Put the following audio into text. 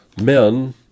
men